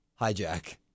hijack